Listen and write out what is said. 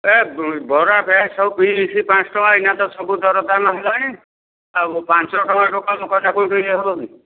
ଏ ବରା ସବୁ ପାଞ୍ଚ ଟଙ୍କା ଏଇନା ତ ସବୁ ଦରଦାମ ହେଇଗଲାଣି ଆଉ ପାଞ୍ଚ ଟଙ୍କାଠୁ କାମ କରିବାକୁ ଇଏ ହେଉନି